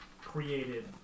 created